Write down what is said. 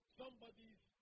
somebody's